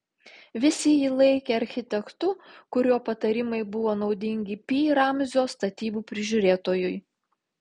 visi jį laikė architektu kurio patarimai buvo naudingi pi ramzio statybų prižiūrėtojui